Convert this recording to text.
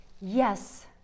Yes